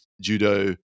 judo